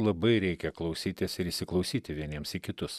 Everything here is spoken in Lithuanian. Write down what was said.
labai reikia klausytis ir įsiklausyti vieniems į kitus